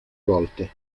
volte